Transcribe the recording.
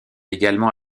également